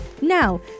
Now